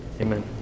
amen